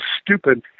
stupid